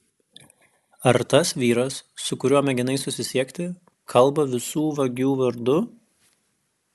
ar tas vyras su kuriuo mėginai susisiekti kalba visų vagių vardu